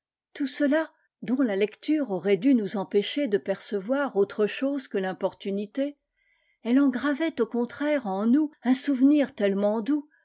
tout ela dont la lecture aurait dû nous empêcher de ercevoir autre chose que l'importunité elle en ravait au contraire en nous un souvenir tellement doux